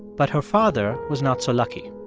but her father was not so lucky